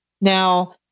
Now